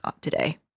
today